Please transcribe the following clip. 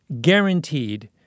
guaranteed